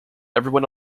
everyone